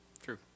True